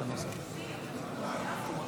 בנימין גנץ, בן נחום ומלכה,